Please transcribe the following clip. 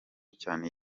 cyane